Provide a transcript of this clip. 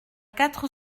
quatre